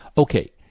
Okay